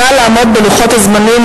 נא לעמוד בלוחות הזמנים.